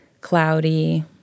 cloudy